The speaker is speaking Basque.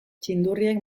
txindurriek